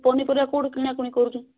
ପନିପରିବା କେଉଁଠୁ କିଣାକିଣି କରୁଛୁ